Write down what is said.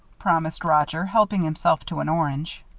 promised roger, helping himself to an orange.